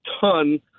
ton